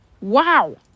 Wow